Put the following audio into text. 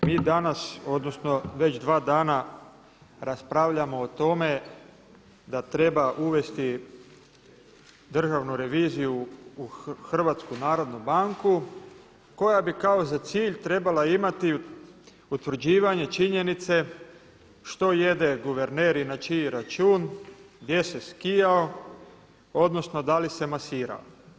Mi danas odnosno već dva dana raspravljamo o tome da treba uvesti Državnu reviziju u HNB koja bi kao za cilj trebala imati utvrđivanje činjenice što jede guverner i na čiji račun, gdje se skijao odnosno da li se masirao.